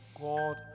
God